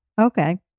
okay